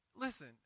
Listen